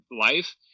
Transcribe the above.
life